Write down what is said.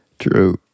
True